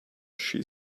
she